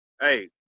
Hey